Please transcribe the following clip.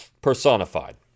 personified